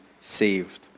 saved